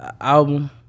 album